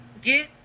get